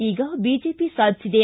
ಈಗ ಬಿಜೆಪಿ ಸಾಧಿಸಿದೆ